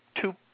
two